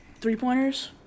three-pointers